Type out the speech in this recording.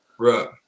Right